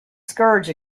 scourge